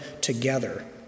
together